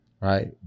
Right